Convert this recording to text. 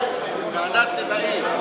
ועדת-ליבאי.